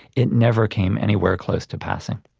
it never came anywhere close to passing.